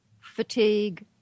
fatigue